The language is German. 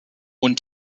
und